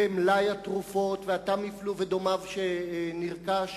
ומלאי התרופות וה"טמיפלו" ודומיו שנרכש,